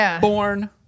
born